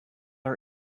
our